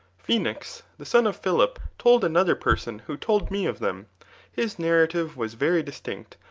phoenix, the son of philip, told another person who told me of them his narrative was very indistinct,